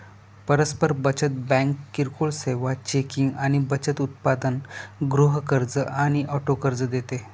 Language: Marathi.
परस्पर बचत बँक किरकोळ सेवा, चेकिंग आणि बचत उत्पादन, गृह कर्ज आणि ऑटो कर्ज देते